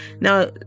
now